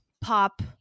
pop